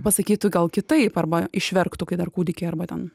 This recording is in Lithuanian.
pasakytų gal kitaip arba išverktų kai dar kūdikiai arba ten